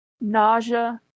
Nausea